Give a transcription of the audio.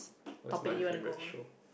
was my favourite show